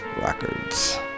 Records